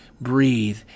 breathe